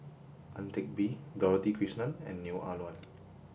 Ang Teck Bee Dorothy Krishnan and Neo Ah Luan